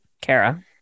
kara